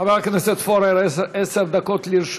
בזמנו, למשרד הבריאות, אמרו: